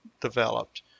developed